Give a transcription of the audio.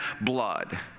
blood